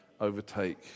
overtake